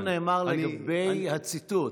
כי השקר נאמר לגבי הציטוט.